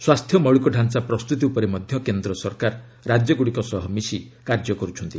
ସ୍ୱାସ୍ଥ୍ୟ ମୌଳିକ ଢାଞ୍ଚା ପ୍ରସ୍ତୁତି ଉପରେ ମଧ୍ୟ କେନ୍ଦ୍ର ସରକାର ରାଜ୍ୟଗୁଡ଼ିକ ସହ ମିଶି କାର୍ଯ୍ୟ କରୁଛନ୍ତି